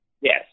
Yes